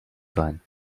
sein